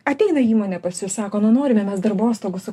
ateina įmonė pasisako nu norime mes darbostogų su